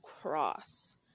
cross